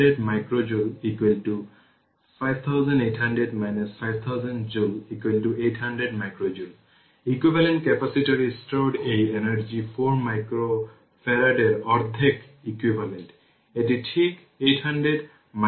সুতরাং 15 120 এটি 4 মাইক্রোফ্যারাড হয়ে যায় যা c ইকুইভ্যালেন্ট এবং দেওয়া v C1 0 ঠিক আমি লিখছি যে 4 ভোল্ট এবং v C2 0 24 ভোল্ট